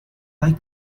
like